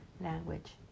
language